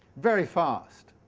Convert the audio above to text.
very fast.